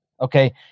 Okay